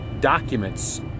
documents